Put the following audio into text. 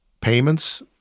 payments